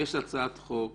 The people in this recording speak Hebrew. יש הצעת חוק